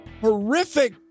horrific